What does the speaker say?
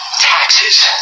Taxes